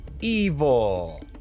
evil